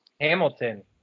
Hamilton